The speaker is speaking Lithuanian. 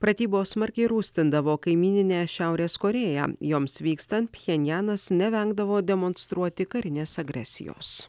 pratybos smarkiai rūstindavo kaimyninę šiaurės korėją joms vykstant pchenjanas nevengdavo demonstruoti karinės agresijos